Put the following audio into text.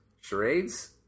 Charades